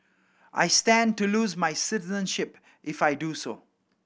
I stand to lose my citizenship if I do so